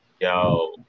yo